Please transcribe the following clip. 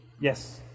Yes